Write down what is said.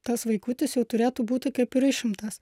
tas vaikutis jau turėtų būti kaip ir išimtas